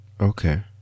Okay